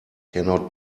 cannot